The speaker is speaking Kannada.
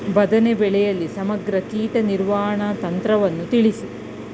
ಬದನೆ ಬೆಳೆಯಲ್ಲಿ ಸಮಗ್ರ ಕೀಟ ನಿರ್ವಹಣಾ ತಂತ್ರವನ್ನು ತಿಳಿಸಿ?